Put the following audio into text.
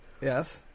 Yes